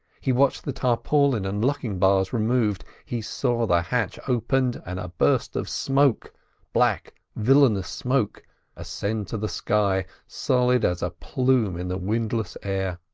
he watched the tarpaulin and locking-bars removed. he saw the hatch opened, and a burst of smoke black, villainous smoke ascend to the sky, solid as a plume in the windless air.